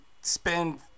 spend